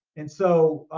and so,